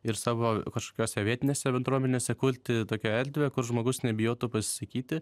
ir savo kažkokiose vietinėse bendruomenėse kurti tokią erdvę kur žmogus nebijotų pasisakyti